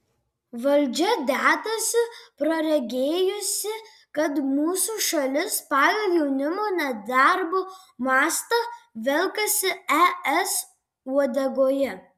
valdžia dedasi praregėjusi kad mūsų šalis pagal jaunimo nedarbo mastą velkasi es uodegoje